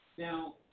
Now